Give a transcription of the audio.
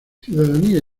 ciudadanía